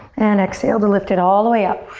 and exhale to lift it all the way up